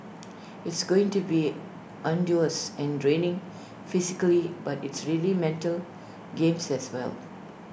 it's going to be arduous and draining physically but it's really mental games as well